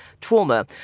trauma